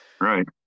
Right